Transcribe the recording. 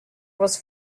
was